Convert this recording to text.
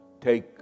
take